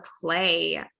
play